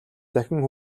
дахин